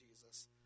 Jesus